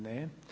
Ne.